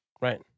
Right